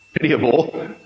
pitiable